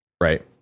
Right